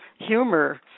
humor